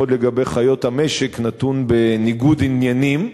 לפחות לגבי חיות המשק, נתון בניגוד עניינים,